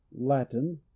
Latin